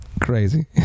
crazy